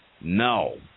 No